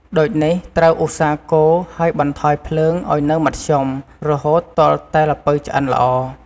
ដូចនេះ ត្រូវឧស្សាហ៍កូរ ហើយបន្ថយភ្លើងឱ្យនៅមធ្យម រហូតទាល់តែល្ពៅឆ្អិនល្អ។